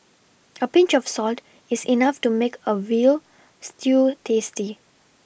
a Pinch of salt is enough to make a veal stew tasty